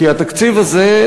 כי התקציב הזה,